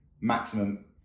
maximum